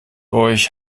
euch